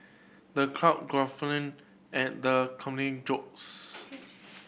the crowd guffawed at the comedian's jokes